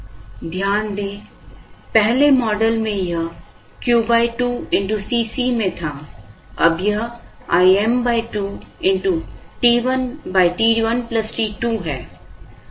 ध्यान दें पहले मॉडल में यह Q 2Cc में था अब यह Im 2 t1 t1 t2 है